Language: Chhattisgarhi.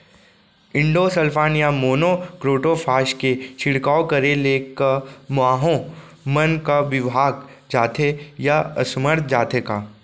इंडोसल्फान या मोनो क्रोटोफास के छिड़काव करे ले क माहो मन का विभाग जाथे या असमर्थ जाथे का?